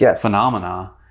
phenomena